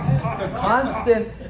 constant